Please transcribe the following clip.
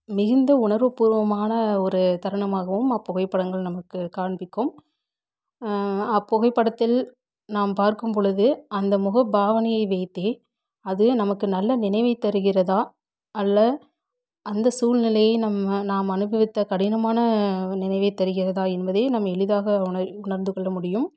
மிகுந்த உணர்வுப்பூர்வமான ஒரு தருணமாகவும் அப்புகைப்படங்கள் நமக்கு காண்பிக்கும் அப்புகைப்படத்தில் நாம் பார்க்கும் பொழுது அந்த முகப்பாவனையை வைத்து அது நமக்கு நல்ல நினைவைத் தருகிறதா அல்ல அந்த சூழ்நிலையை நம்ம நாம் அனுபவித்த கடினமான நினைவைத் தருகிறதா என்பதை நாம் எளிதாக உணர் உணர்ந்துகொள்ள முடியும்